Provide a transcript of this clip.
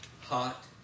hot